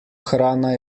hrana